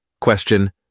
Question